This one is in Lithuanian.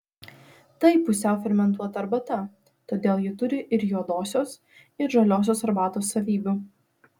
tai pusiau fermentuota arbata todėl ji turi ir juodosios ir žaliosios arbatos savybių